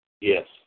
Yes